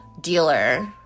dealer